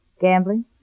Gambling